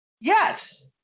Yes